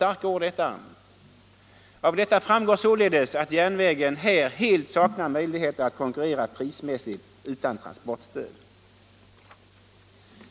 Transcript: Av detta framgår således att järnvägen här helt saknar möjlighet att konkurrera prismässigt utan transportstöd.